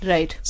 Right